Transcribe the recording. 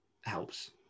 helps